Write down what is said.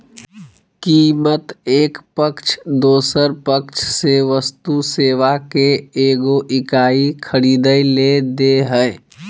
कीमत एक पक्ष दोसर पक्ष से वस्तु सेवा के एगो इकाई खरीदय ले दे हइ